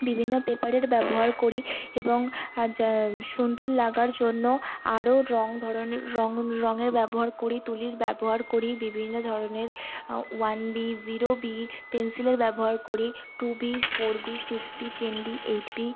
বিভিন্ন পেপারের ব্যবহার করি এবং আজ সুন্দর লাগার জন্য আরও রং ধরনের রঙের ব্যবহার করি তুলির ব্যবহার করি বিভিন্ন ধরনের ওয়ান বি জিরো বি পেনসিলের ব্যবহার করি two B four B six B ten B eight B